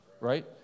right